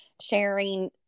sharing